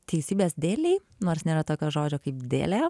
teisybės dėlei nors nėra tokio žodžio kaip dėlė